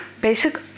basic